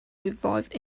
revived